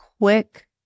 quick